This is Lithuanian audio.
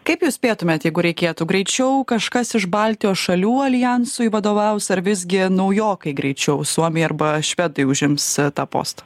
kaip jūs spėtumėt jeigu reikėtų greičiau kažkas iš baltijos šalių aljansui vadovaus ar visgi naujokai greičiau suomiai arba švedai užims tą postą